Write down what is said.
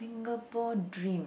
Singapore dream